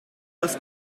das